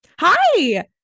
Hi